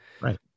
Right